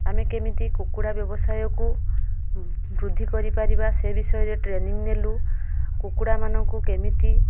ଆମେ କେମିତି କୁକୁଡ଼ା ବ୍ୟବସାୟକୁ ବୃଦ୍ଧି କରିପାରିବା ସେ ବିଷୟରେ ଟ୍ରେନିଂ ନେଲୁ କୁକୁଡ଼ାମାନଙ୍କୁ କେମିତି